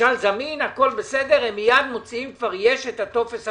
ממשל זמין, והם מיד מוציאים את הטופס המקוון.